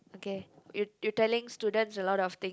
okay you you telling students a lot of things